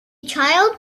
child